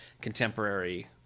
contemporary